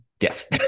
yes